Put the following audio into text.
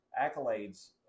accolades